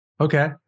Okay